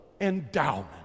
endowment